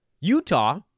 Utah